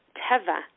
teva